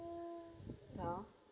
mm no